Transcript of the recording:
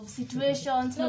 situations